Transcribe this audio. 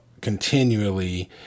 continually